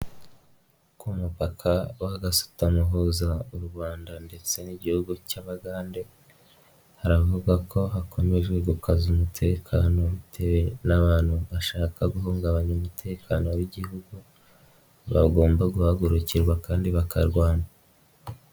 Ku mupaka wa gasutamo uhuza u Rwanda ndetse n'igihugu cy'Abagande, haravuga ko hakomeje gukazwa umutekano, n'abantu bashaka guhungabanya umutekano w'igihugu bagomba guhagurukirwa kandi bakarwanywa.